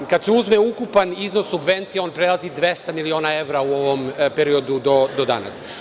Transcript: Kada se uzme ukupan iznos subvencija, on prelazi 200 miliona evra u ovom periodu do danas.